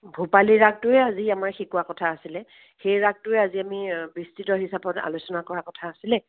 ভূপালী ৰাগটোৱে আজি আমাৰ শিকোৱা কথা আছিলে সেই ৰাগটোৱে আজি আমি বিস্তৃত হিচাপত আলোচনা কৰাৰ কথা আছিলে